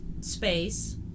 space